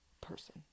person